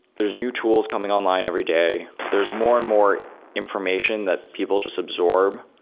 there's new tools coming online every day. there's more and more information that people just absorb,